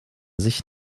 sich